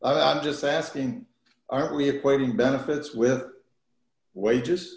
i'm just asking aren't we if waiting benefits with wages